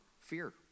Fear